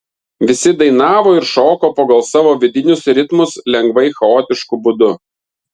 visi dainavo ir šoko pagal savo vidinius ritmus lengvai chaotišku būdu